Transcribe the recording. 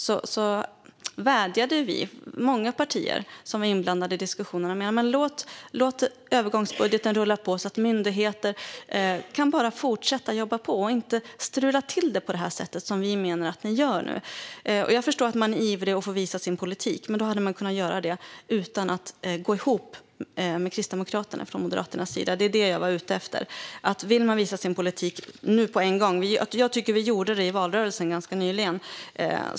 Vi vädjade - det var många partier som var inblandade i diskussionerna - om att man skulle låta övergångsbudgeten rulla på, så att myndigheter kan fortsätta att jobba, och om att man inte skulle strula till det på det sätt som vi menar att ni nu gör. Jag förstår att man är ivrig att visa sin politik, men det hade man kunnat göra från Moderaternas sida utan att gå ihop med Kristdemokraterna. Det var det jag var ute efter. Jag tycker att vi visade vår politik i valrörelsen ganska nyligen.